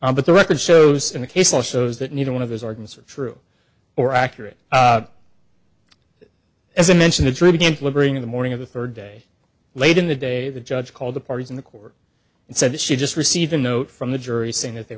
on but the record shows in the case also that neither one of those organs are true or accurate as i mentioned it's really been liberating the morning of the third day late in the day the judge called the parties in the court and said she just received a note from the jury saying that they